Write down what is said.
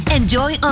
Enjoy